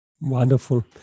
Wonderful